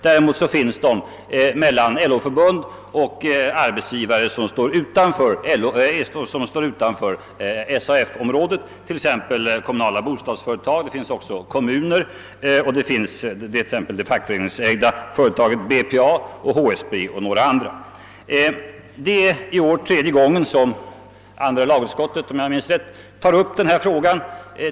Däremot förekommer organisationsklausuler i avtalen mellan LO-förbund och arbetsgivare som står utanför SAF, t.ex. kommunala bostadsföretag, vissa kommuner, det fackföreningsägda företaget BPA, HSB och en del andra. Om jag minns rätt är det i år tredje gången som andra lagutskottet tar upp den här frågan.